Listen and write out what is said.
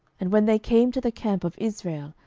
and when they came to the camp of israel,